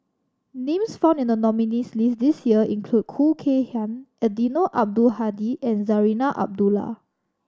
names found in the nominees' list this year include Khoo Kay Hian Eddino Abdul Hadi and Zarinah Abdullah